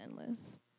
endless